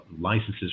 licenses